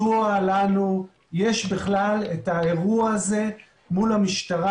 יש בכלל את האירוע הזה מול המשטרה.